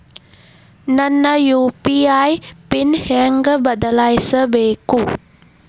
ನನ್ನ UPI PIN ಹೆಂಗ್ ಬದ್ಲಾಯಿಸ್ಬೇಕು?